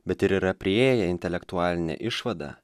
bet ir yra priėję intelektualinę išvadą